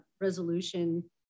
resolution